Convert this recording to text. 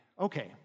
Okay